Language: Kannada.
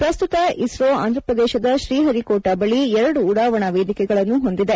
ಪ್ರಸ್ತುತ ಇಸ್ರೋ ಆಂಧ್ರಪದೇಶದ ಶ್ರೀಹರಿಕೋಟಾ ಬಳಿ ಎರಡು ಉಡಾವಣಾ ವೇದಿಕೆಗಳನ್ನು ಹೊಂದಿದೆ